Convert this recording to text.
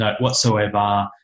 whatsoever